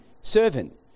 servant